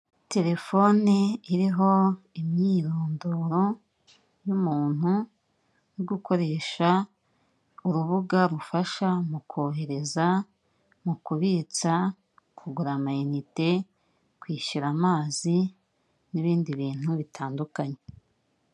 Telefoni iriho imyirondoro y'umuntu uri gukoresha urubuga rufasha mu kohereza, mu kubitsa, kugura amayinite, kwishyura amazi n'ibindi bintu bitandukanye.